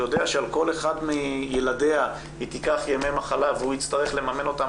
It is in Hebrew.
יודע שעל כל אחד מילדיה היא תיקח ימי מחלה והוא יצטרך לממן אותם,